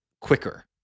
quicker